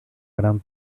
gran